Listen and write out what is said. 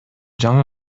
жаңы